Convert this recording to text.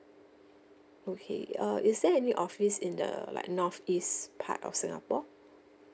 okay uh is there any office in the like north east part of singapore